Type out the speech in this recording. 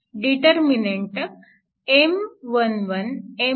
determinant M11 M12